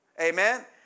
Amen